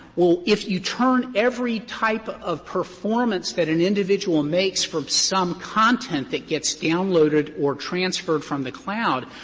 well, if you turn every type of performance that an individual makes from some content that gets downloaded or transferred from the cloud,